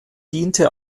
diente